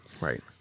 Right